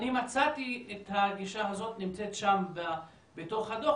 אני מצאתי את הגישה הזאת בתוך הדוח,